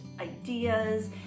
ideas